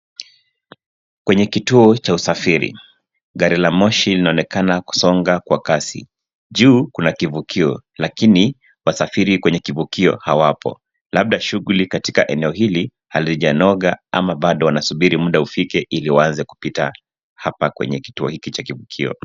Kwenye kituo cha usafiri gari la moshi linaonekana kusonga kwa kasi juu kuna kivukio lakini wasafiri kwenye kivukio hawapo labda shughuli katika eneo hili halijanoga ama bado wanasubiri muda ufike ili waanze kupita hapa kwenye kituo hiki cha kivukio.